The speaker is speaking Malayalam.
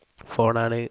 ഫോണാണ്